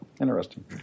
interesting